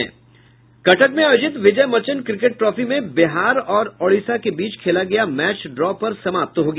कटक में आयोजित Vijay Merchant cricket trophy में बिहार और ओडिशा के बीच खेला गया मैच ड्रा पर समाप्त हो गया